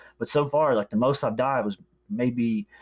but so far, like the most i've died was maybe,